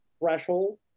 threshold